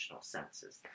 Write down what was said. senses